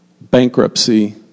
bankruptcy